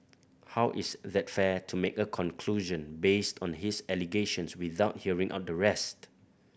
how is that fair to make a conclusion based on his allegations without hearing out the rest